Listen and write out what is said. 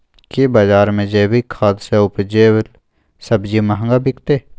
की बजार मे जैविक खाद सॅ उपजेल सब्जी महंगा बिकतै?